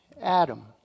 Adam